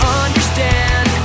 understand